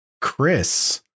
Chris